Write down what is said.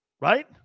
Right